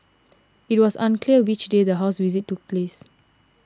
it was unclear which day the house visit took place